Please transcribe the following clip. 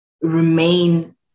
remain